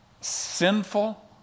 sinful